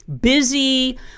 busy